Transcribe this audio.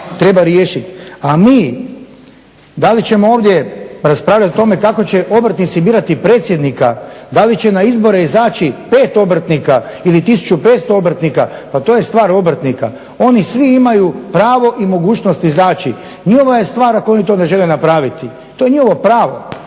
treba riješiti. A mi da li ćemo ovdje raspravljati o tome kako će obrtnici birati predsjednika da li će na izbore izaći 5 obrtnika ili 1500 obrtnika, pa to je stvar obrtnika. Oni svi imaju pravo i mogućnosti izaći, njihova je stvar ako oni to ne žele praviti. To je njihovo pravo,